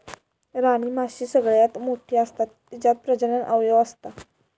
राणीमाशी सगळ्यात मोठी असता तिच्यात प्रजनन अवयव असता